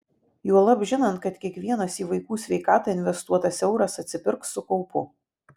juolab žinant kad kiekvienas į vaikų sveikatą investuotas euras atsipirks su kaupu